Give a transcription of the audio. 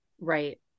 Right